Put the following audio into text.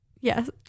Yes